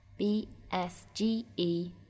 BSGE